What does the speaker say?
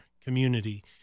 community